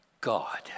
God